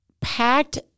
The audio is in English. packed